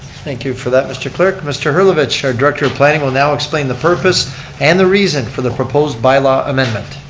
thank you for that mr. clerk. mr. herlovich, our director of planning will now explain the purpose and the reason for the proposed bylaw amendment.